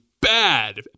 bad